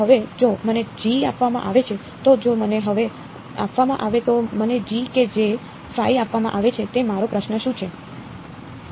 તો હવે જો મને g આપવામાં આવે છે તો જો મને હવે આપવામાં આવે તો મને g કે જે આપવામાં આવે છે તે મારો પ્રશ્ન શું છે